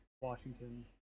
washington